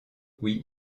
oui